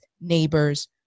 neighbors